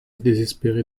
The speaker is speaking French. désespérer